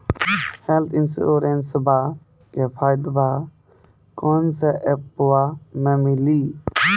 Health इंश्योरेंसबा के फायदावा कौन से ऐपवा पे मिली?